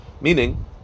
Meaning